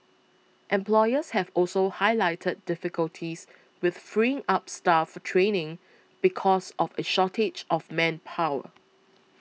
employers have also highlighted difficulties with freeing up staff for training because of a shortage of manpower